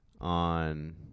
on